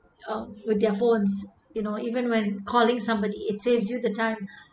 um with their phones you know even when calling somebody it saves you the time